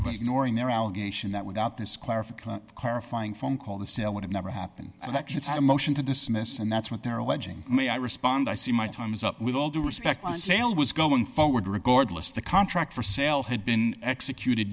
nor in their allegation that without this clarification clarifying phone call the sale it never happened and that it's a motion to dismiss and that's what they're alleging may i respond i see my time is up with all due respect the sale was going forward regardless the contract for sale had been executed